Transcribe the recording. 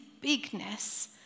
bigness